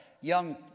young